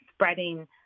spreading